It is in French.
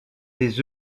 des